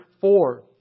four